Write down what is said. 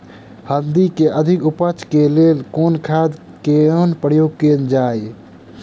हल्दी केँ अधिक उपज केँ लेल केँ खाद केँ प्रयोग कैल जाय?